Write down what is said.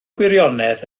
gwirionedd